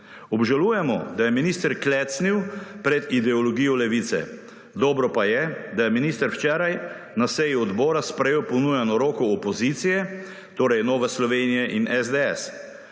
Obžalujemo, da je minister klecnil pred ideologijo Levice. Dobro pa je, da je minister včeraj na seji odbora sprejel ponujeno roko opozicije, **45. TRAK: (AJ)